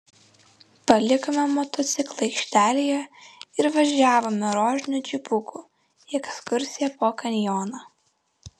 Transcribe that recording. palikome motociklą aikštelėje ir važiavome rožiniu džipuku į ekskursiją po kanjoną